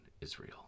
Israel